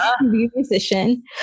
musician